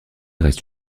reste